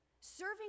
serving